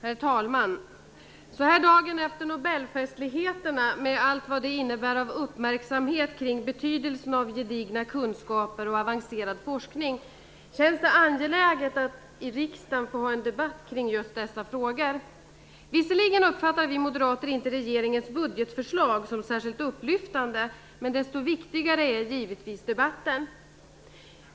Herr talman! Så här dagen efter Nobelfestligheterna, med allt vad den innebär av uppmärksamhet kring betydelsen av gedigna kunskaper och avancerad forskning, känns det angeläget att i riksdagen ha en debatt kring just dessa frågor. Visserligen uppfattar inte vi moderater regeringens budgetförslag som särskilt upplyftande, men desto viktigare är givetvis debatten.